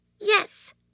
Yes